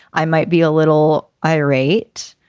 i might be a little irate.